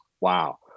Wow